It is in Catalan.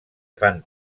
fan